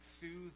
soothe